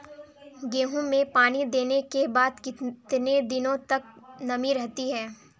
गेहूँ में पानी देने के बाद कितने दिनो तक नमी रहती है?